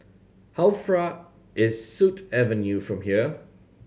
how far is Sut Avenue from here